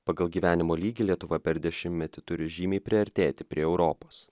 pagal gyvenimo lygį lietuva per dešimmetį turi žymiai priartėti prie europos